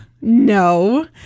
No